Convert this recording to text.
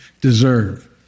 deserve